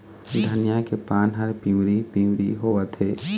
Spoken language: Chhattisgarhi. धनिया के पान हर पिवरी पीवरी होवथे?